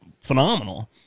phenomenal